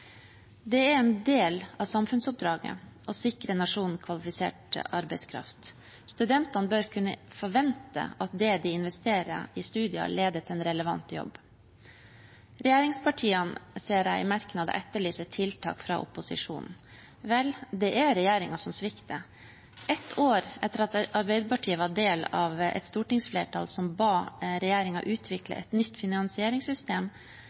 Det er en del av samfunnsoppdraget å sikre nasjonen kvalifisert arbeidskraft. Studentene bør kunne forvente at det de investerer i studiene, leder til en relevant jobb. Jeg ser i merknadene at regjeringspartiene etterlyser tiltak fra opposisjonen. Vel, det er regjeringen som svikter. Ett år etter at Arbeiderpartiet var del av et stortingsflertall som ba